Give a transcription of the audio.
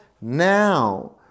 now